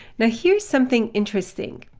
and here's something interesting.